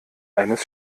eines